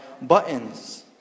buttons